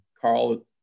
Carl